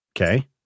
Okay